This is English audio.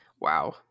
wow